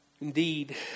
Indeed